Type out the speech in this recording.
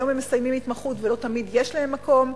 היום הם מסיימים התמחות ולא תמיד יש להם מקום.